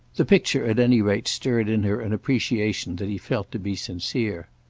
the picture at any rate stirred in her an appreciation that he felt to be sincere.